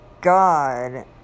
God